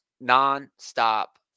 non-stop